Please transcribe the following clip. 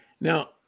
now